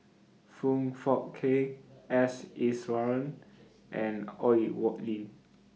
Foong Fook Kay S Iswaran and Oi Lin